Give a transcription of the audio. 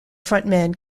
frontman